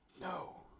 No